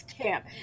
camp